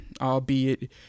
albeit